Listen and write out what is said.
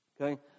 okay